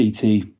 CT